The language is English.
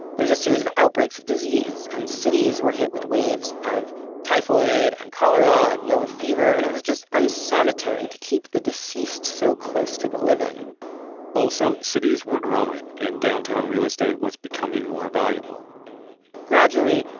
there's a series of outbreaks of disease, and cities were hit with waves of typhoid and cholera and yellow fever, and it was just unsanitary to keep the deceased so close to the living also, cities were growing, and downtown real estate was becoming more valuable gradually,